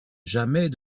jamais